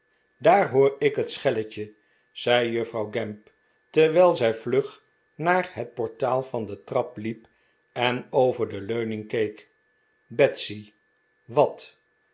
daar hoor ik het schelletje zei juffrouw gamp terwijl zij vlug naar het portaal van de trap liep en over de leuning keek betsy wat